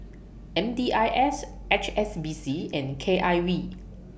M D I S H S B C and K I V